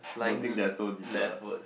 flying le~ leftwards